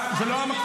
זה לא.